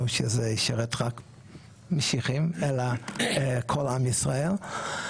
שזה ישרת רק משיחים אלא את כל עם ישראל,